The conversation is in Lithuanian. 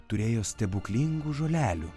turėjo stebuklingų žolelių